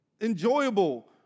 enjoyable